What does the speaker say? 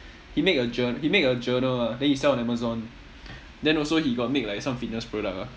he make a jour~ he make a journal ah then he sell on amazon then also he got make like some fitness product ah